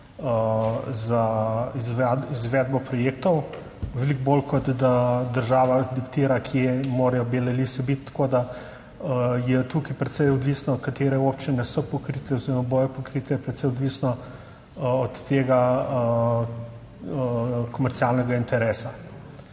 za izvedbo projektov, veliko bolj kot da država diktira, kje morajo bele lise biti, tako, da je tukaj precej odvisno od, katere občine so pokrite oziroma bodo pokrite, precej odvisno od tega, komercialnega interesa.